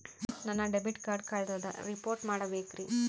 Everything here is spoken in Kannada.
ನನ್ನ ಡೆಬಿಟ್ ಕಾರ್ಡ್ ಕಳ್ದದ ರಿಪೋರ್ಟ್ ಮಾಡಬೇಕ್ರಿ